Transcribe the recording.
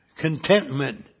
Contentment